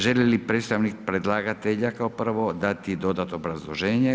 Želi li predstavnik predlagatelja kao prvo dati dodatno obrazloženje?